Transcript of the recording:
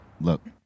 Look